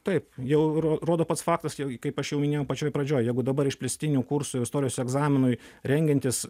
taip jau ro rodo pats faktas jau kaip aš jau minėjau pačioj pradžioj jeigu dabar išplėstiniu kursu istorijos egzaminui rengiantis